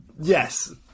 Yes